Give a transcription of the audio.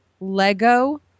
Lego